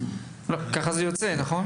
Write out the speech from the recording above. ככה זה יוצא, נכון?